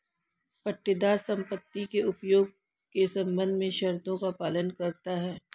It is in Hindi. पट्टेदार संपत्ति के उपयोग के संबंध में शर्तों का पालन करता हैं